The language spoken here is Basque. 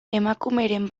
emakumeren